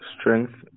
strength